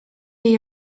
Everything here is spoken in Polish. jej